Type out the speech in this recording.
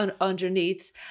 underneath